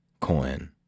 coin